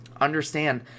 Understand